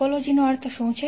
ટોપોલોજીનો અર્થ શું છે